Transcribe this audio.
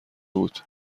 بود